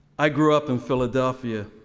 i grew up in philadelphia,